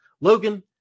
Logan